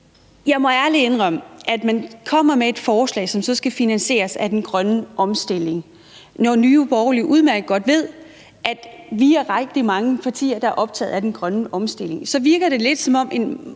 jeg må ærligt indrømme, at når man kommer med et forslag, som så skal finansieres af den grønne omstilling, selv om Nye Borgerlige udmærket godt ved, at vi er rigtig mange partier, der er optaget af den grønne omstilling, så virker det lidt som et